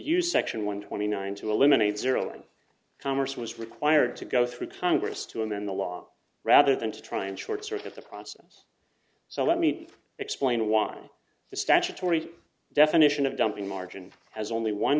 use section one twenty nine to eliminate zero and commerce was required to go through congress to amend the law rather than to try and short circuit the process so let me explain why the statutory definition of dumping margin has only one